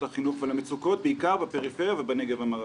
החינוך ולמצוקות בעיקר בפריפריה ובנגב המערבי.